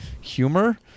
humor